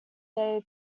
they